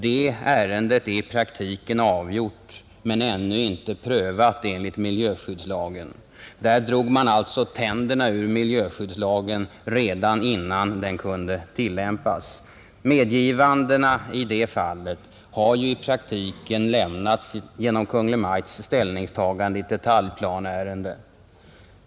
Det ärendet är i praktiken avgjort men ännu inte prövat enligt miljöskyddslagen. Där drog man alltså tänderna ur miljöskyddslagen redan innan den kunde tillämpas. Medgivandena i det fallet har ju i praktiken lämnats genom Kungl. Maj:ts ställningstagande i ett detaljplaneärende.